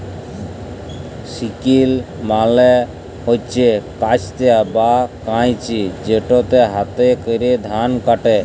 sickle মালে হছে কাস্তে বা কাঁইচি যেটতে হাতে ক্যরে ধাল ক্যাটে